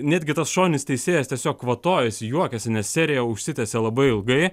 netgi tas šoninis teisėjas tiesiog kvatojosi juokėsi nes serija užsitęsia labai ilgai